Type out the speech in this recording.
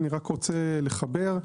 אני רוצה לחבר,